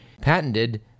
patented